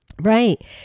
Right